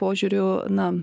požiūriu na